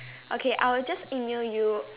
okay I will just email you